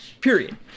period